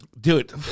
Dude